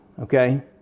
okay